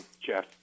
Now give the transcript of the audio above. Jeff